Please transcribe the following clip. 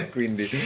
Quindi